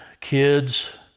kids